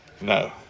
No